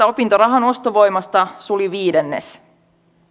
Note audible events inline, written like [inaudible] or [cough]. [unintelligible] opintorahan ostovoimasta suli viidennes